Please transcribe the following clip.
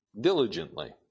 Diligently